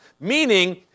Meaning